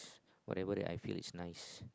whatever that I feel is nice